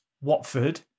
Watford